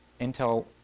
Intel